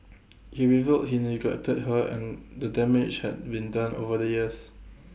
he revealed he neglected her and the damage had been done over the years